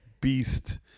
beast